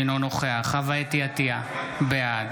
אינו נוכח חוה אתי עטייה, בעד